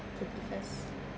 thirty first